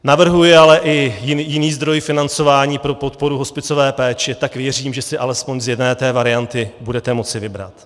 Navrhuji ale i jiný zdroj financování pro podporu hospicové péče, tak věřím, že si alespoň z jedné varianty budeme moci vybrat.